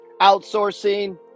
outsourcing